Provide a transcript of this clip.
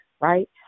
right